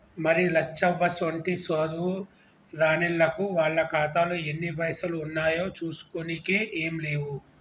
మరి లచ్చవ్వసోంటి సాధువు రానిల్లకు వాళ్ల ఖాతాలో ఎన్ని పైసలు ఉన్నాయో చూసుకోనికే ఏం లేవు